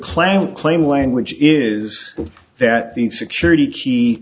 klan claim language is that the security key